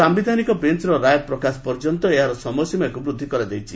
ସାୟିଧାନିକ ବେଞ୍ଚର ରାୟ ପ୍ରକାଶ ପର୍ଯ୍ୟନ୍ତ ଏହାର ସମୟ ସୀମାକୁ ବୃଦ୍ଧି କରାଯାଇଛି